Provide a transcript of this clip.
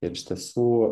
ir iš tiesų